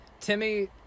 Timmy